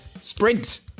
Sprint